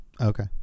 Okay